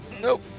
Nope